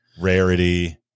rarity